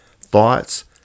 thoughts